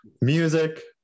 Music